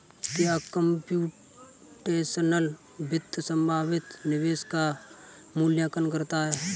क्या कंप्यूटेशनल वित्त संभावित निवेश का मूल्यांकन करता है?